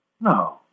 No